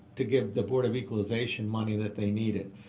to give the board of equalization money that they needed.